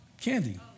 Candy